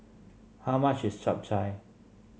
how much is Chap Chai